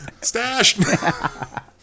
Stash